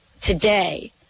today